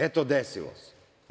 Eto, desilo se.